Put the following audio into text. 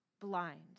blind